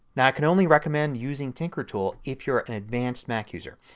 now i can only recommend using tinkertool if you are and advanced mac user.